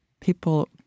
People